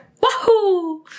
Wahoo